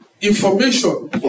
information